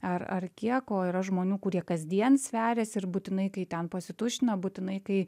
ar ar kiek o yra žmonių kurie kasdien sveriasi ir būtinai kai ten pasituština būtinai kai